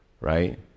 right